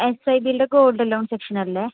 S I ബിയിലെ gold loan സെക്ഷനല്ലേ